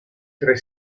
tre